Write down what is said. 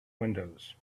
windows